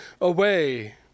away